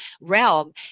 realm